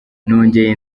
nongeye